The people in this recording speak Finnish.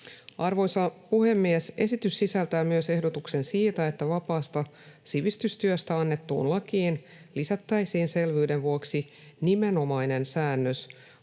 Arvoisa puhemies! Esitys sisältää myös ehdotuksen siitä, että vapaasta sivistystyöstä annettuun lakiin lisättäisiin selvyyden vuoksi nimenomainen säännös